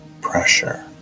pressure